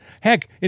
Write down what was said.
Heck